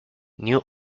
new